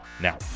now